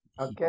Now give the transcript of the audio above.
Okay